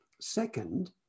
Second